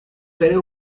seres